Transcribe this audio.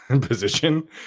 position